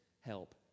help